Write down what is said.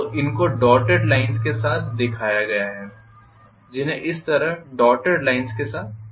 तो इनको dotted lines के साथ दिखाया गया है जिन्हें इस तरह डॉटेड लाइन्स के साथ दिखाया गया है